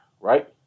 right